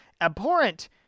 abhorrent